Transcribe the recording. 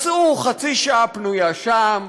מצאו חצי שעה פנויה שם,